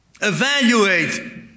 Evaluate